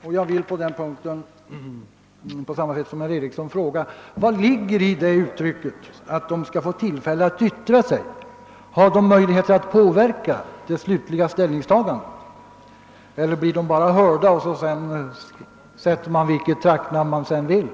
Här vill jag på samma sätt som herr Eriksson i Bäckmora ställa frågan: Vad ligger i uttrycket: >De fastighetsägare som berörs får också tillfälle att yttra sig.>? Har de därigenom möjligheter att påverka det slutliga ställningstagandet, eller blir de bara hörda, varefter man sätter vilket namn man vill på fastigheterna i fråga?